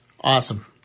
Awesome